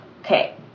Okay